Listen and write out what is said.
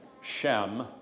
Shem